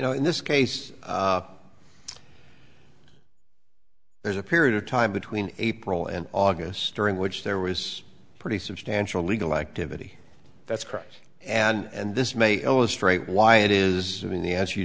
know in this case there's a period of time between april and august during which there was pretty substantial legal activity that's correct and this may illustrate why it is in the as you